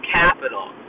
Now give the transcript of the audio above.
Capital